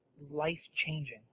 life-changing